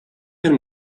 can